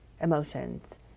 emotions